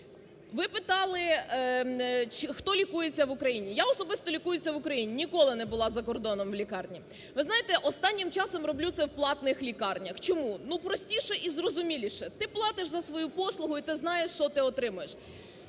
Ви питали, хто лікується в Україні. Я особисто лікуюся в Україні, ніколи не була за кордоном в лікарні. Ви знаєте, останнім часом роблю це в платних лікарнях. Чому? Ну, простіше і зрозуміліше, ти платиш за свою послугу і ти знаєш, що ти отримаєш.